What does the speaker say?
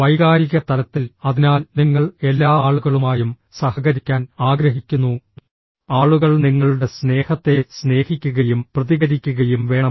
വൈകാരിക തലത്തിൽ അതിനാൽ നിങ്ങൾ എല്ലാ ആളുകളുമായും സഹകരിക്കാൻ ആഗ്രഹിക്കുന്നു ആളുകൾ നിങ്ങളുടെ സ്നേഹത്തെ സ്നേഹിക്കുകയും പ്രതികരിക്കുകയും വേണം